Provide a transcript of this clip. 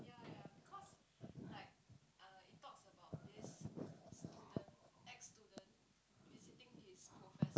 !huh!